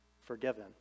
forgiven